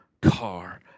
car